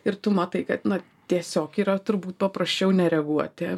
ir tu matai kad na tiesiog yra turbūt paprasčiau nereaguoti